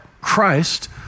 Christ